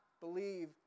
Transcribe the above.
believe